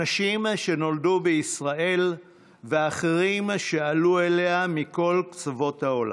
אנשים שנולדו בישראל ואחרים שעלו אליה מכל קצוות העולם,